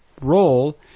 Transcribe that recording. role